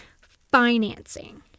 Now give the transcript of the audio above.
financing